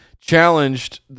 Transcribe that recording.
challenged